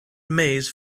maze